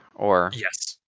Yes